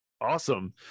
Awesome